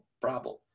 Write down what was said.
problem